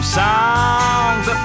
songs